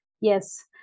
Yes